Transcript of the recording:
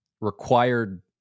required